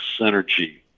synergy